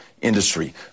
industry